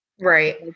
Right